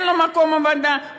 אין לו מקום עבודה,